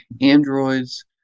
androids